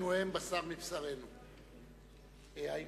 אני